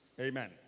Amen